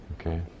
Okay